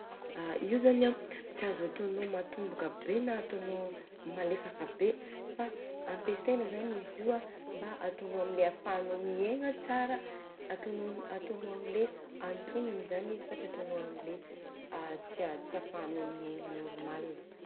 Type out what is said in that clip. Io zany an tsy azo atônô matomboka be na atônô malefaka be. Fa ampiasaina zany izy io a mba afahanô miegna tsara, atônô atônô am le atognina zany izy fa tsy atônô am le atsia tsy afahanô miegna normale.